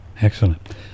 Excellent